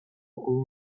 ową